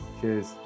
Cheers